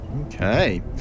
Okay